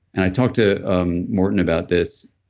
and i talked to um morten about this,